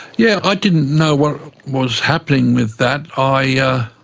yeah, i didn't know what was happening with that. i yeah